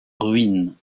ruine